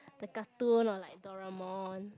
the cartoon or like Doraemon